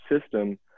system